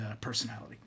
personality